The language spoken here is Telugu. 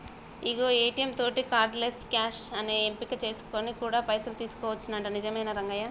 అగో ఏ.టీ.యం తోటి కార్డు లెస్ క్యాష్ అనేది ఎంపిక చేసుకొని కూడా పైసలు తీయొచ్చునంట నిజమేనా రంగయ్య